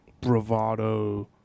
bravado